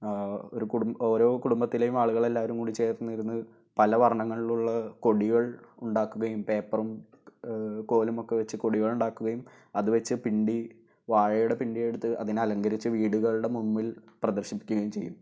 ഒരു കുടു ഓരോ കുടുംബത്തിലെയും ആളുകളെല്ലാവരും കൂടി ചേര്ന്ന് ഇരുന്നു പല വര്ണ്ണങ്ങളിലുള്ള കൊടികള് ഉണ്ടാക്കുകയും പേപ്പറും കോലും ഒക്കെ വെച്ച് കൊടികളുണ്ടാക്കുകയും അതു വെച്ച് പിണ്ടി വാഴയുടെ പിണ്ടി എടുത്ത് അതിനെ അലങ്കരിച്ച് വീടുകളുടെ മുന്പില് പ്രദര്ശിപ്പിക്കുകയും ചെയ്യും